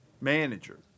manager